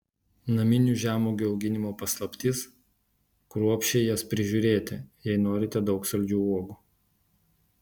naminių žemuogių auginimo paslaptis kruopščiai jas prižiūrėti jei norite daug saldžių uogų